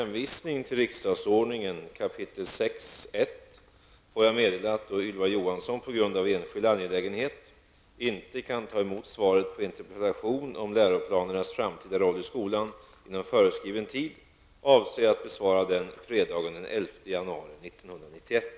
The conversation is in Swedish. Herr talman! Med hänvisning till riksdagsordningens 6 kap. 1 § får jag meddela att då Ylva Johansson på grund av enskild angelägenhet inte kan ta emot svaret på interpellation om läroplanernas framtida roll i skolan inom föreskriven tid, avser jag att besvara interpellationen fredagen den 11 januari 1991.